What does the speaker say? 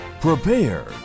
Prepare